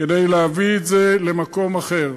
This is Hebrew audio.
כדי להביא את זה למקום אחר.